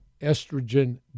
estrogen